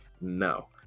no